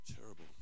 terrible